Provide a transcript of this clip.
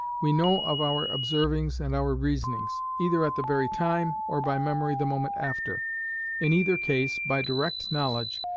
we know of our observings and our reasonings, either at the very time, or by memory the moment after in either case, by direct knowledge,